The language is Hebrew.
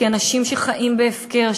כי אנשים שחיים בהפקר,